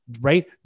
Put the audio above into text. right